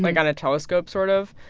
like, on a telescope, sort of.